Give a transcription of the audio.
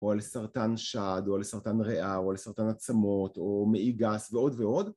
או על סרטן שד, או על סרטן ריאה, או על סרטן עצמות, או מעי גס ועוד ועוד.